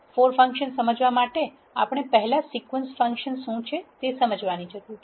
four function સમજવા માટે આપણે પહેલા સિક્વન્સ ફંક્શન શું છે તે સમજવાની જરૂર છે